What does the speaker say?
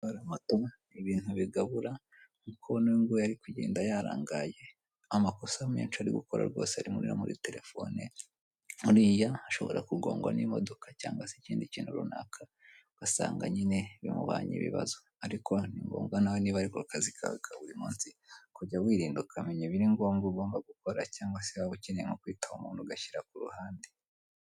Kubona moto ni ibintu bigabura kuko nuko uyu nguyu ari kugenda yarangaye amakosa menshi ari gukora rwose ari muri telefone, uriya ashobora kugongwa n'imodoka cyangwa se ikindi kintu runaka ugasanga nyine bimubanye ibibazo ariko ni ngombwa nawe niba ariko kazi kawe kaburi munsi ukajya wirinda ukamenya ibiri ngombwa ugomba gukora cyangwa se waba ukeneye nko kwitaba umuntu ugashyira ku ruhande.